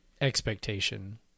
expectation